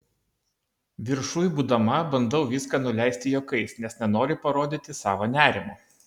viršuj būdama bandau viską nuleisti juokais nes nenoriu parodyti savo nerimo